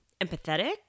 empathetic